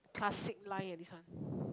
classic line eh this one